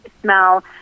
smell